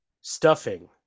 stuffing